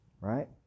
right